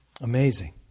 Amazing